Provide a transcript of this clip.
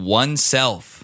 oneself